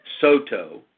Soto